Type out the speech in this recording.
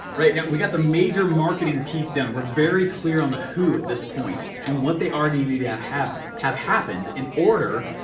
right now we've got the major marketing piece down, we're very clear on the who at this point and what they already need to have, have, have happened in order,